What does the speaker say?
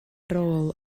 rôl